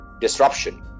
disruption